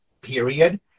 period